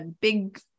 big